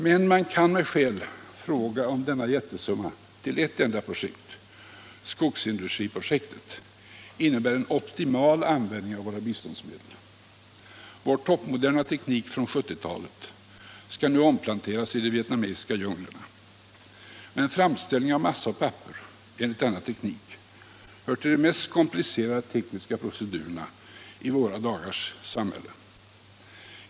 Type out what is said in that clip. Men man kan med skäl fråga om denna jättesumma till ett enda projekt, skogsindustriprojektet, innebär en optimal användning av våra biståndsmedel. Vår toppmoderna teknik från 1970-talet skall nu omplanteras i de vietnamesiska djunglerna. Men framställning av massa och papper enligt denna teknik hör till de mest komplicerade tekniska procedurerna i våra dagars samhälle.